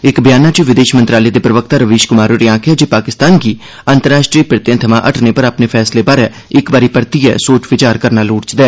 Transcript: इक ब्याने च विदेश मंत्रालय दे प्रवक्ता रविश क्मार होरें आक्खेया जे पाकिस्तान गी अंतराष्ट्रीय पिरते सवा हटने पर अपने फैसले बारै इक बारी परतियै सोच विचार करना लोड़चदा